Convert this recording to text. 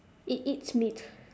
it eats meat